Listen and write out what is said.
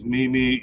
Mimi